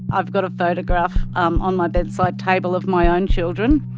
i've got a photograph um on my bedside table of my own children.